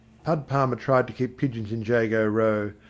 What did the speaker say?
pud palmer tried to keep pigeons in jago row,